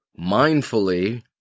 mindfully